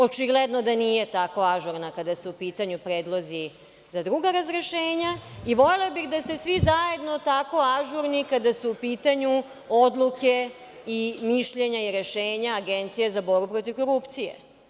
Očigledno da nije tako ažurna kada su u pitanju predlozi za druga razrešenja i volela bih da ste svi zajedno tako ažurni kada su u pitanju odluke i mišljenja i rešenja Agencije za borbu protiv korupcije.